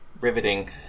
Riveting